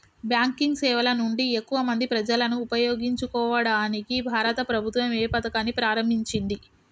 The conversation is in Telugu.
బ్యాంకింగ్ సేవల నుండి ఎక్కువ మంది ప్రజలను ఉపయోగించుకోవడానికి భారత ప్రభుత్వం ఏ పథకాన్ని ప్రారంభించింది?